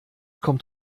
kommt